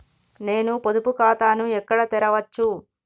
నేను పొదుపు ఖాతాను ఎక్కడ తెరవచ్చు?